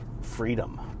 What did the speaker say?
freedom